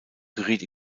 geriet